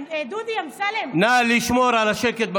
דודי אמסלם, נא לשמור על השקט במליאה.